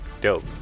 dope